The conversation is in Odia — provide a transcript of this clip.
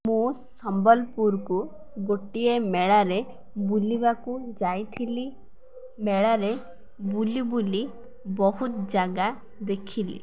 ମୁଁ ସମ୍ବଲପୁରକୁ ଗୋଟିଏ ମେଳାରେ ବୁଲିବାକୁ ଯାଇଥିଲି ମେଳାରେ ବୁଲି ବୁଲି ବହୁତ ଜାଗା ଦେଖିଲି